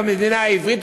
במדינה העברית,